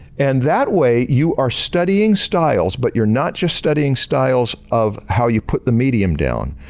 and that way you are studying styles but you're not just studying styles of how you put the medium down,